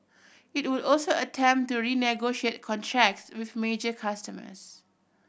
it would also attempt to renegotiate contracts with major customers